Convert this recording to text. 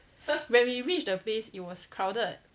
when we reached the place it was crowded